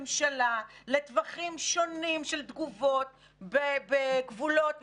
ממשלה לטווחים שונים של תגובות בגבולות מסוימים,